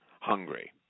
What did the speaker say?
hungry